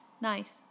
nice